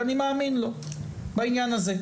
אני מאמין לו בעניין הזה.